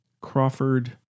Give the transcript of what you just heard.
Crawford